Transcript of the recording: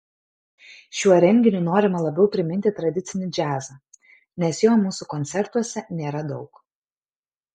šiuo renginiu norima labiau priminti tradicinį džiazą nes jo mūsų koncertuose nėra daug